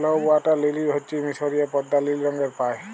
blue water lily হচ্যে মিসরীয় পদ্দা লিল রঙের পায়